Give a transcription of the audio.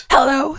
Hello